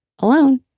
alone